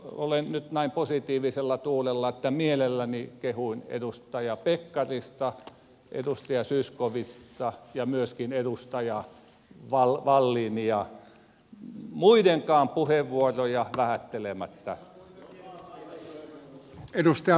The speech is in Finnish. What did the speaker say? olen nyt näin positiivisella tuulella että mielelläni kehun edustaja pekkarista edustaja zyskowiczia ja myöskin edustaja wallinia muidenkaan puheenvuoroja vähättelemättä